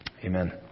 Amen